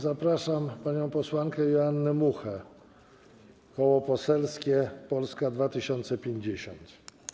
Zapraszam panią posłankę Joannę Muchę, Koło Poselskie Polska 2050.